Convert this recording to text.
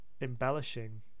embellishing